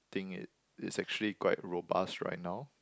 thing it it's actually quite robust right now